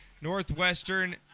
Northwestern